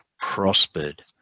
prospered